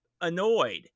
annoyed